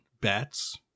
bats